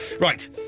Right